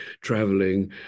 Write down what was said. traveling